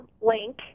link